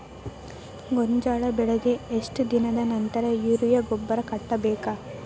ಗೋಂಜಾಳ ಬೆಳೆಗೆ ಎಷ್ಟ್ ದಿನದ ನಂತರ ಯೂರಿಯಾ ಗೊಬ್ಬರ ಕಟ್ಟಬೇಕ?